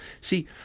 See